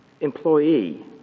employee